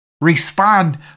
respond